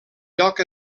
lloc